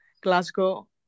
Glasgow